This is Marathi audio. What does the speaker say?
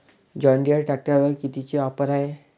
जॉनडीयर ट्रॅक्टरवर कितीची ऑफर हाये?